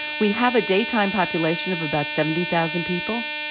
we have a daytime population of about seventy thousand people.